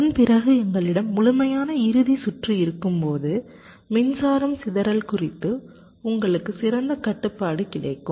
அதன்பிறகு எங்களிடம் முழுமையான இறுதி சுற்று இருக்கும்போது மின்சாரம் சிதறல் குறித்து உங்களுக்கு சிறந்த கட்டுப்பாடு கிடைக்கும்